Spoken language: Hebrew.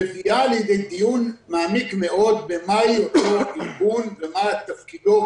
מביאה לידי דיון מעמיק מאוד במה הוא אותו ארגון ומה תפקידו.